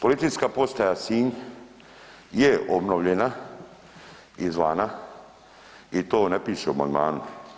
Policijska postaja Sinj je obnovljena izvana i to ne piše u amandmanu.